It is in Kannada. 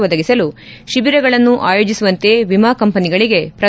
ಒದಗಿಸಲು ಶಿಬಿರಗಳನ್ನು ಆಯೋಜಿಸುವಂತೆ ವಿಮಾ ಕಂಪನಿಗಳಿಗೆ ಪ್ರಧಾನಿ ಸೂಚನೆ